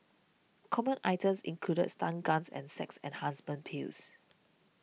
common items included stun guns and sex enhancement pills